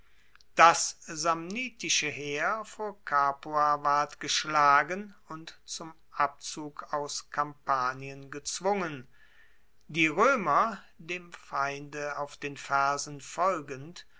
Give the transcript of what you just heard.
das samnitische heer vor capua ward geschlagen und zum abzug aus kampanien gezwungen die roemer dem feinde auf den fersen folgend